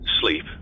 sleep